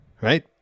right